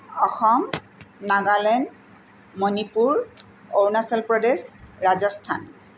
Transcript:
Assam Nagaland Manipur Arunachal Pradesh Rajasthan